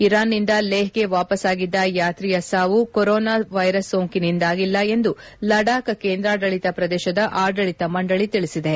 Iran ನಿಂದ ಲೇಪ್ಗೆ ವಾಪಸ್ಸಾಗಿದ್ದ ಯಾತ್ರಿಯ ಸಾವು ಕೊರೊನಾ ವೈರಸ್ ಸೋಂಕಿನಿಂದಲ್ಲಾ ಎಂದು ಲಡಾಕ್ ಕೇಂದ್ರಾಡಳಿತ ಪ್ರದೇಶದ ಆಡಳಿತ ಮಂಡಳಿ ಸಿಳಿಸಿದೆ